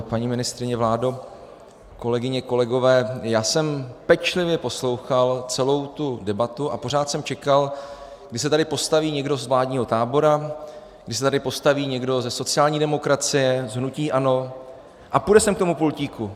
Paní ministryně, vládo, kolegyně, kolegové, já jsem pečlivě poslouchal celou tu debatu a pořád jsem čekal, kdy se tady postaví někdo z vládního tábora, kdy se tady postaví někdo ze sociální demokracie, z hnutí ANO a půjde sem k tomu pultíku.